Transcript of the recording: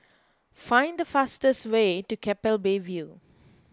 find the fastest way to Keppel Bay View